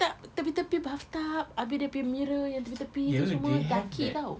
tak tepi tepi bathtub abeh dia punya mirror yang tepi tepi tu semua daki [tau]